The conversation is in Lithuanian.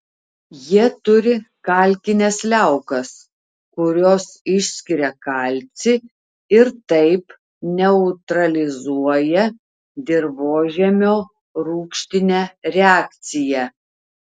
jie turi kalkines liaukas kurios išskiria kalcį ir taip neutralizuoja dirvožemio rūgštinę reakciją